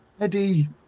Eddie